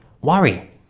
worry